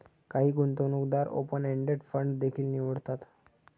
काही गुंतवणूकदार open ended fund देखील निवडतात